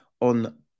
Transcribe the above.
on